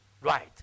right